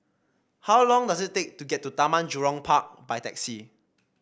how long does it take to get to Taman Jurong Park by taxi